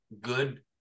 good